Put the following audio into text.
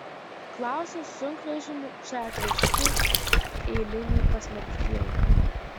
klausia sunkvežimiu čia atvežti eiliniai pasmerktieji